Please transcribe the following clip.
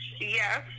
Yes